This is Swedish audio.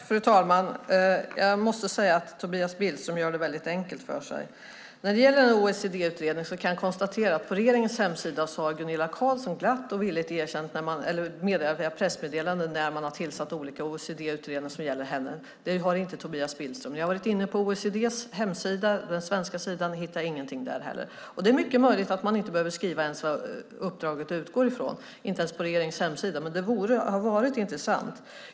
Fru talman! Jag måste säga att Tobias Billström gör det väldigt enkelt för sig. När det gäller OECD-utredningen kan jag konstatera att Gunilla Carlsson på regeringens hemsida glatt och villigt via pressmeddelanden har meddelat när man har tillsatt olika OECD-utredningar som gäller henne. Det har inte Tobias Billström gjort. Jag har varit inne på OECD:s hemsida, den svenska sidan. Jag hittar ingenting där heller. Det är mycket möjligt att man inte behöver skriva vad uppdraget utgår från, inte ens på regeringens hemsida. Men det skulle ha varit intressant.